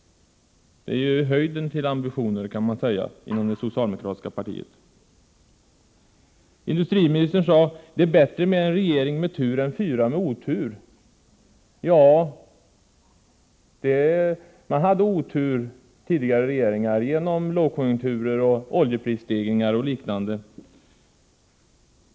Det kan man kalla höjden av ambitioner inom det socialdemokratiska partiet! Industriministern sade att det är bättre med en regering med tur än fyra med otur. Ja, tidigare regeringar hade otur, med lågkonjunkturer, oljeprisstegringar och liknande.